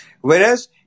Whereas